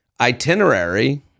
Itinerary